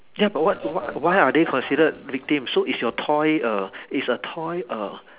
ya but what what why are they considered victims so is your toy a is a toy a